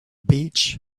beach